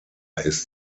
ist